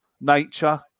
nature